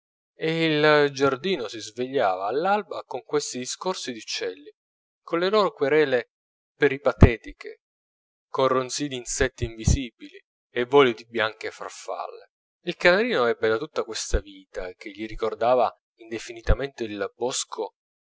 il giardino si svegliava all'alba con questi discorsi di uccelli con le loro querele peripatetiche con ronzii d'insetti invisibili e voli di bianche farfalle il canarino ebbe da tutta questa vita che gli ricordava indefinitamente il bosco